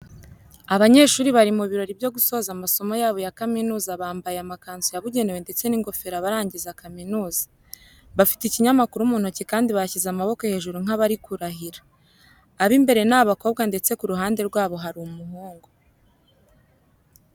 Abanyeshuri bari mu birori byo gusoza amasomo yabo ya kaminuza bambaye amakanzu yabugenewe ndetse n'ingofero abarangiza kaminuza, bafite ikinyamakuru mu ntoki kandi bashyize amaboko hejuru nk'abari kurahira. Ab'imbere ni abakobwa ndetse ku ruhande rwabo hari umuhungu.